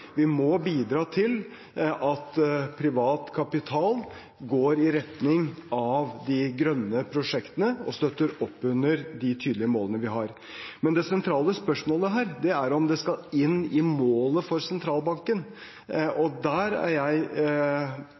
Vi må bidra til at privat kapital går i retning av de grønne prosjektene og støtter opp under de tydelige målene vi har. Men det sentrale spørsmålet her er om det skal inn i målet for sentralbanken, og der er jeg